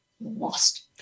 lost